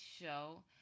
show